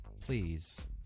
Please